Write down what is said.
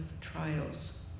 trials